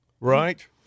right